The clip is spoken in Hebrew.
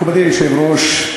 מכובדי היושב-ראש,